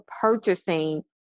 purchasing